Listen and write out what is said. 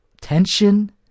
tension